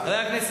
היה מגיע.